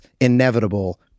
inevitable